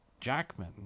Jackman